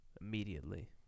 immediately